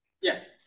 Yes